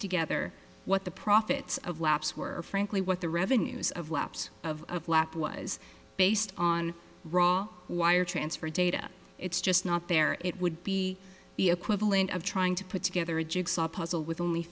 together what the profits of laps were frankly what the revenues of lapse of of lap was based on raw wire transfer data it's just not there it would be the equivalent of trying to put together a jigsaw puzzle with only